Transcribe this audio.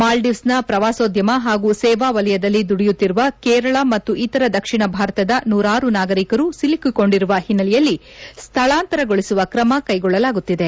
ಮಾಲ್ಡೀವ್ಸ್ನ ಪ್ರವಾಸೋದ್ಯಮ ಹಾಗೂ ಸೇವಾ ವಲಯದಲ್ಲಿ ದುಡಿಯುತ್ತಿರುವ ಕೇರಳ ಮತ್ತು ಇತರ ದಕ್ಷಿಣ ಭಾರತದ ನೂರಾರು ನಾಗರಿಕರು ಸಿಲುಕಿಕೊಂಡಿರುವ ಹಿನ್ನೆಲೆಯಲ್ಲಿ ಸ್ಥಳಾಂತರಗೊಳಿಸುವ ಕ್ರಮ ಕೈಗೊಳ್ಳಲಾಗುತ್ತಿದೆ